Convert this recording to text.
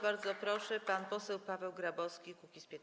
Bardzo proszę, pan poseł Paweł Grabowski, Kukiz’15.